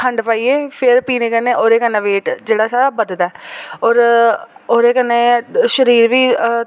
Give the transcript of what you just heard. खंड पाइयै फिर पीने कन्नै ओह्दे कन्नै वेट जेह्ड़ा साढ़ा बधदा ऐ होर ओह्दे कन्नै शरीर बी